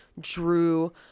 drew